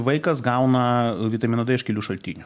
vaikas gauna vitamino d iš kelių šaltinių